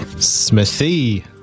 Smithy